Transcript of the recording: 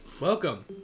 Welcome